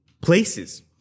places